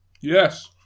Yes